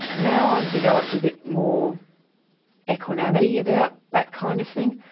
now i've developed a bit more equanimity about that kind of thing.